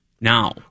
now